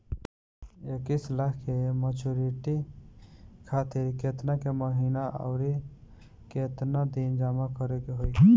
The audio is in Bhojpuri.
इक्कीस लाख के मचुरिती खातिर केतना के महीना आउरकेतना दिन जमा करे के होई?